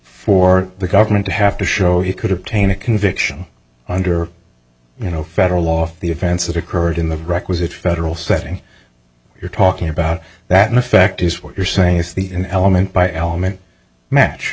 for the government to have to show you could obtain a conviction under you know federal law the offense that occurred in the requisite federal setting you're talking about that in effect is what you're saying is the element by element match